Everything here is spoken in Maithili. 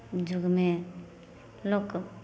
युगमे लोक